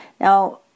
Now